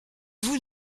vous